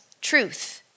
truth